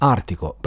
Artico